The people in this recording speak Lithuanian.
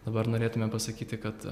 dabar norėtumėm pasakyti kad